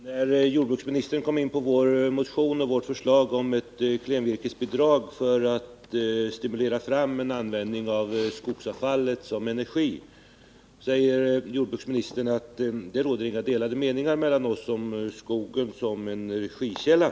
Herr talman! När jordbruksministern kom in på vårt förslag om ett klenvirkesbidrag för att stimulera fram en användning av skogsavfall som energi, sade jordbruksministern att det inte råder några delade meningar mellan oss om skogen som energikälla.